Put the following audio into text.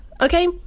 okay